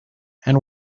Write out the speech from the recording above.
and